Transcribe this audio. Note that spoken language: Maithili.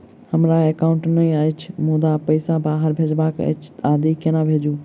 हमरा एकाउन्ट नहि अछि मुदा पैसा बाहर भेजबाक आदि केना भेजू?